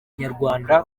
inyarwanda